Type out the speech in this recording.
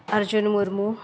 Arjun Murmu